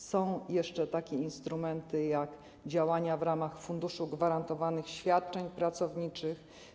Są jeszcze instrumenty działania w ramach Funduszu Gwarantowanych Świadczeń Pracowniczych.